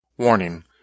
Warning